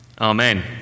Amen